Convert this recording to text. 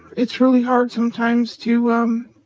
it's really hard sometimes to, um